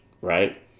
right